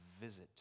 visit